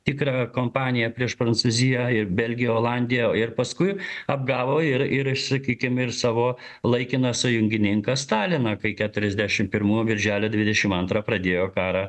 tikrą kampaniją prieš prancūziją ir belgiją olandiją ir paskui apgavo ir ir sakykim ir savo laikiną sąjungininką staliną kai keturiasdešimt pirmų birželio dvidešimt antrą pradėjo karą